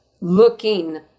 looking